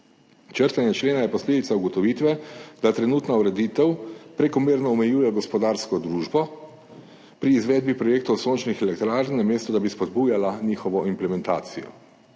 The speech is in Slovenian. Črtanje člena je posledica ugotovitve, da trenutna ureditev prekomerno omejuje gospodarsko družbo pri izvedbi projektov sončnih elektrarn, namesto da bi spodbujala njihovo implementacijo.